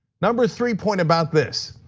number three point about this.